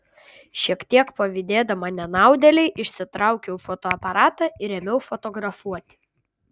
šiek tiek pavydėdama nenaudėlei išsitraukiau fotoaparatą ir ėmiau fotografuoti